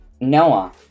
Noah